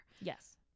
Yes